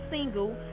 single